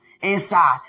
inside